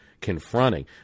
confronting